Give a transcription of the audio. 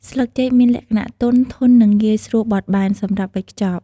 ស្លឹកចេកមានលក្ខណៈ ទន់ ធន់ និងងាយស្រួលបត់បែន សម្រាប់វេចខ្ចប់។